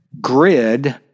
grid